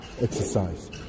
exercise